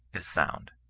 is sound.